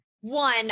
One